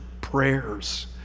prayers